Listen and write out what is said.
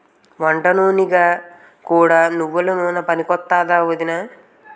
వంటనూనెగా కూడా నువ్వెల నూనె పనికొత్తాదా ఒదినా?